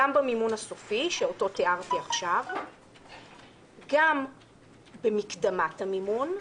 גם במימון הסופי שאותו תיארתי עכשיו וגם במקדמת המימון.